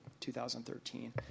2013